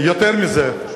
יותר מזה,